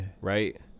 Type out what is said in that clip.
Right